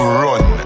run